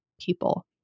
people